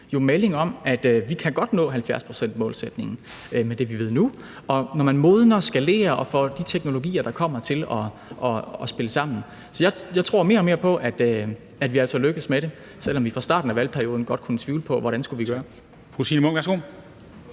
melding om, at vi godt kan nå 70-procentsmålsætningen med det, vi ved nu, når man modner det, skalerer det og får de teknologier, der kommer til at spille sammen. Så jeg tror mere og mere på, at vi altså lykkedes med det, selv om vi fra starten af valgperioden godt kunne tvivle på, hvordan vi skulle gøre